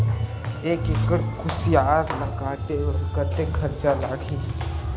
एक एकड़ कुसियार ल काटे बर कतेक खरचा लगही?